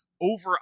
over